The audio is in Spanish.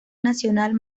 nacional